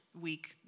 week